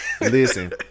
Listen